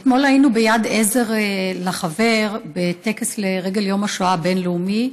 אתמול היינו ביד עזר לחבר בטקס לרגל יום השואה הבין-לאומי.